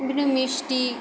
বিভিন্ন মিষ্টি